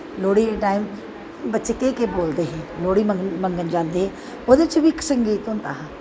Lohri time बच्चे केह् केह् बोलदे हे लोह्ड़ी मंग्गन जांदे हे ओह्दे च बी इक संगीत होंदा हा